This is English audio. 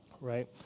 right